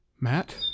matt